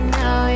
now